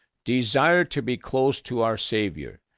desire to be close to our savior.